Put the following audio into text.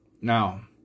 Now